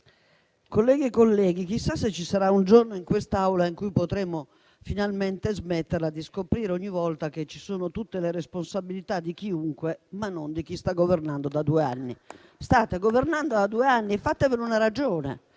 colleghe e colleghi, chissà se ci sarà un giorno in quest'Aula in cui potremo finalmente smetterla di scoprire ogni volta che ci sono tutte le responsabilità di chiunque, ma non di chi sta governando da due anni. State governando da due anni, fatevene una ragione